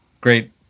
great